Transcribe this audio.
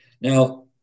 Now